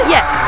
Yes